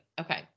Okay